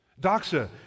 Doxa